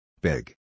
Big